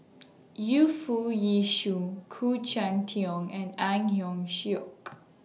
Yu Foo Yee Shoon Khoo Cheng Tiong and Ang Hiong Chiok